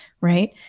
right